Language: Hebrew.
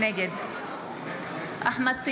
נגד אחמד טיבי,